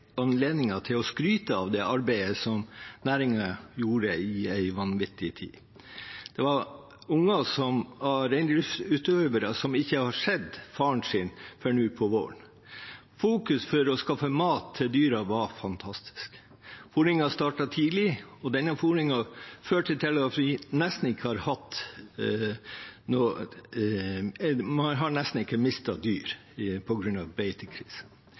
til å skryte av det arbeidet som næringen gjorde i en vanvittig tid. Det var barn av reindriftsutøvere som ikke så faren sin før nå på våren. Fokus på å skaffe mat til dyrene var fantastisk. Fôringen startet tidlig, og denne fôringen førte til at man nesten ikke har mistet dyr på grunn av beitekrisen. I 1989 mistet man